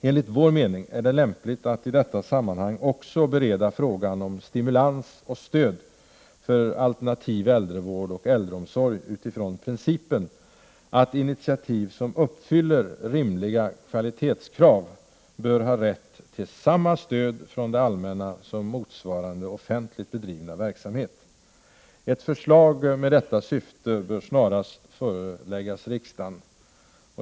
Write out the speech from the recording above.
Enligt vår mening är det lämpligt att i detta sammanhang också bereda frågan om stimulans och stöd för alternativ äldrevård och äldreomsorg utifrån principen att initiativ till verksamhet som uppfyller rimliga kvalitetskrav bör ha rätt till samma stöd från det allmänna som motsvarande offentligt bedrivna verksamhet. Ett förslag med detta syfte bör snarast föreläggas riksdagen.